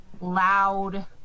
Loud